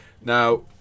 Now